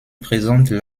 présentent